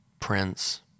prince